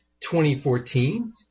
2014